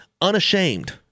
unashamed